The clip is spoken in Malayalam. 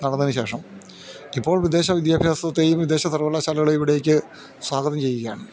നടന്നതിന് ശേഷം ഇപ്പോൾ വിദേശ വിദ്യാഭ്യാസത്തെയും വിദേശ സർവകലാശാലകളേം ഇവിടേക്ക് സ്വാഗതം ചെയ്യുകയാണ്